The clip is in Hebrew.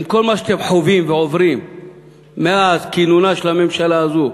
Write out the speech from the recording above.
עם כל מה שאתם חווים ועוברים מאז כינונה של הממשלה הזאת,